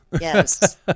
Yes